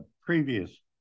previous